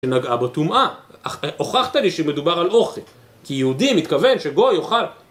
שנגעה בה טומאה, הוכחת לי שמדובר על אוכל כי יהודי מתכוון שגוי יאכל